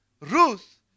Ruth